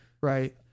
right